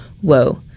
whoa